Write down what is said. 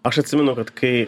aš atsimenu kad kai